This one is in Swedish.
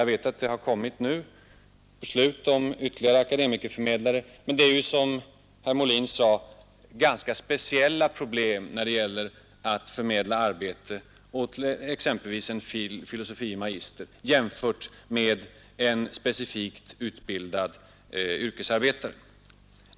Jag vet att det nu har kommit beslut om ytterligare akademikerförmedlare, men det är, som herr Molin sade, ganska speciella problem när det gäller att förmedla arbete åt exempelvis en filosofie magister jämfört med en specifikt utbildad yrkesarbetare.